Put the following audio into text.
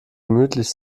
gemütlich